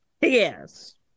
Yes